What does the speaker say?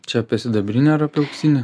čia apie sidabrinę ar apie auksinę